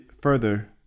further